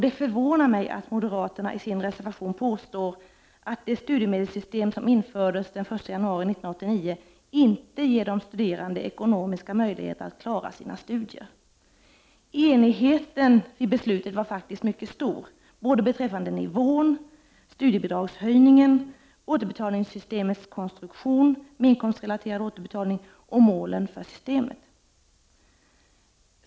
Det förvånar mig att moderaterna i sin reservation påstår att det studiemedelssystem som infördes den 1 januari 1989 inte ger de studerande ekonomiska möjligheter att klara sina studier. Enigheten vid beslutet var faktiskt mycket stor både beträffande nivån, studiebidragshöjningen, återbetalningssystemets konstruktion med inkomstrelaterad återbetalning och målen för systemet.